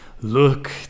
look